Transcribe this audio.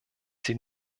sie